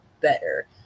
better